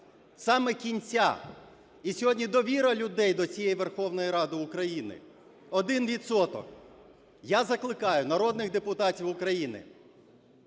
саме кінця. І сьогодні довіра людей до цієї Верховної Ради України – один відсоток. Я закликаю народних депутатів України